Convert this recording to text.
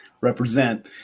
Represent